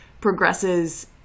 progresses